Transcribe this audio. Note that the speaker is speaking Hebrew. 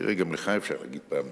תראה, גם לך אפשר פעם לומר תודה,